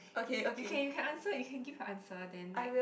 you can you can answer you can give a answer then like